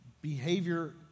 behavior